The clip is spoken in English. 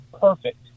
perfect